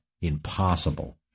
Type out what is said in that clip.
Impossible